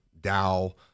Dow